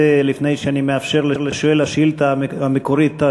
לפני שאני מאפשר לשואל השאילתה המקורית,